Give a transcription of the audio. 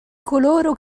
coloro